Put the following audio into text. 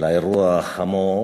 על אירוע החמור